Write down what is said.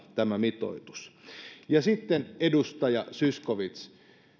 tämä mitoitus tarvitaan ja sitten edustaja zyskowicz